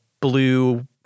blue